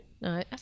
No